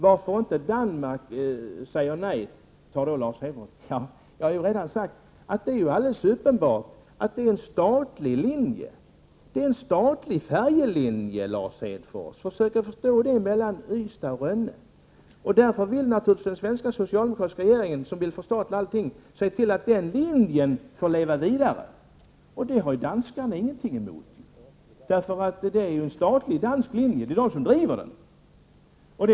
Lars Hedfors frågade varför Danmark inte säger nej till linjen Ystad Rönne. Ja, det är ju alldeles uppenbart. Det är en statlig färjelinje, Lars Hedfors. Försök att förstå det! Därför vill naturligtvis den svenska socialdemokratiska regeringen, som vill förstatliga allting, se till att den linjen får leva vidare. Det har naturligtvis inte danskarna någonting emot — det är ju en statlig dansk linje; det är de som driver den.